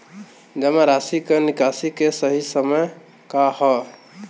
जमा राशि क निकासी के सही समय का ह?